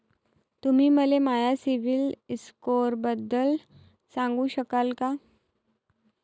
तुम्ही मले माया सीबील स्कोअरबद्दल सांगू शकाल का?